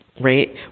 right